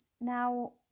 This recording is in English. Now